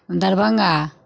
Darbhanga